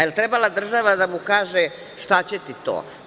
Jel trebala država da mu kaže - šta će ti to?